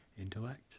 intellect